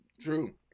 true